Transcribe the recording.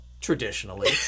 traditionally